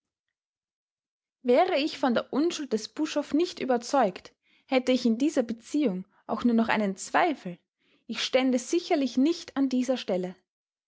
wäre ich von der unschuld des buschhoff nicht überzeugt hätte ich in dieser beziehung auch nur noch einen zweifel ich stände sicherlich nicht an dieser stelle